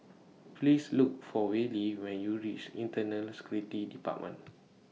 Please Look For Wally when YOU REACH Internal Security department